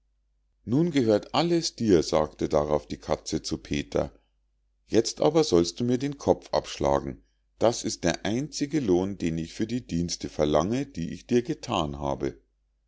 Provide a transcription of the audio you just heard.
nun gehört alles dir sagte darauf die katze zu petern jetzt aber sollst du mir den kopf abschlagen das ist der einzige lohn den ich für die dienste verlange die ich dir gethan habe